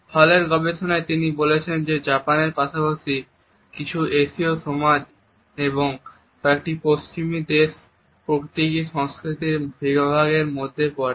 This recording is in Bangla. হলের গবেষণায় তিনি বলেছেন যে জাপানের পাশাপাশি কিছু এশীয় সমাজ এবং কয়েকটি পশ্চিমী দেশও প্রতীকী সংস্কৃতির এই বিভাগের মধ্যে পড়ে